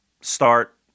Start